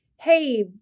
Hey